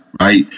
right